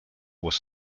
was